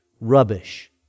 rubbish